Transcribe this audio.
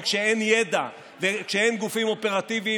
כי כשאין ידע וכשאין גופים אופרטיביים,